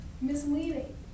misleading